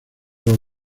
los